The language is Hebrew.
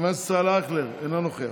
חבר הכנסת איתמר בן גביר, אינו נוכח,